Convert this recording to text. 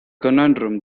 conundrum